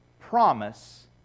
Promise